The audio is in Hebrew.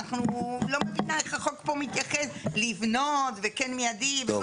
אני לא מבינה איך החוק פה מתייחס ללבנות וכן מייד ולא מידי.